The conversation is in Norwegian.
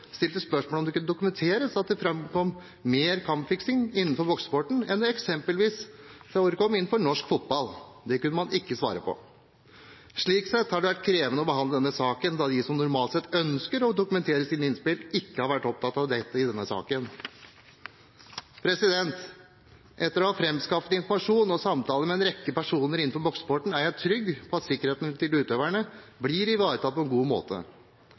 stilte spørsmål om det kunne dokumenteres at det forekom mer kampfiksing innenfor boksesporten enn det eksempelvis forekom innenfor norsk fotball. Det kunne man ikke svare på. Slik sett har det vært krevende å behandle denne saken, da de som normalt sett ønsker å dokumentere sine innspill, ikke har vært opptatt av det i denne saken. Etter å ha framskaffet informasjon og hatt samtaler med en rekke personer innenfor boksesporten, er jeg trygg på at sikkerheten til utøverne blir ivaretatt på en god måte.